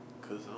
cause